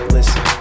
Listen